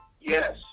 Yes